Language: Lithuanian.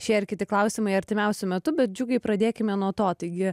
šie ir kiti klausimai artimiausiu metu bet džiugai pradėkime nuo to taigi